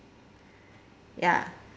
ya